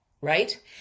right